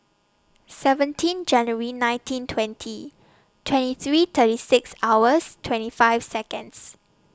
seventeen January nineteen twenty twenty three thirty six hours twenty five Seconds